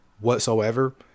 whatsoever